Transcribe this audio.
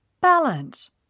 Balance